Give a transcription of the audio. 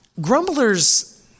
grumblers